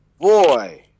Boy